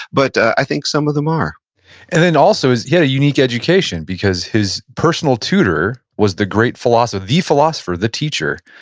but i think some of them are and then also is he had a unique education because his personal tutor was the great philosopher, the philosopher, the teacher,